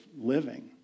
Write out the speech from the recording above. living